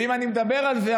ואם אני מדבר על זה,